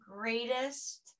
greatest